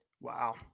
Wow